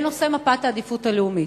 דיון בנושא מפת העדיפות הלאומית.